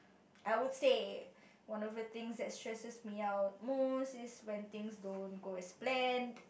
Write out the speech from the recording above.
I would say one of the thing that stresses me out most is when things don't go as plan